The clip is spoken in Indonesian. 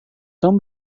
tom